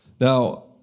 Now